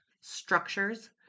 structures